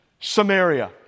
Samaria